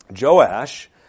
Joash